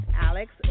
Alex